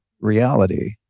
reality